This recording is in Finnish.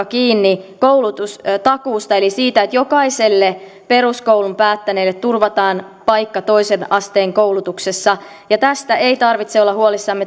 kiinni koulutustakuusta eli siitä että jokaiselle peruskoulun päättäneelle turvataan paikka toisen asteen koulutuksessa tästä ei tarvitse olla huolissaan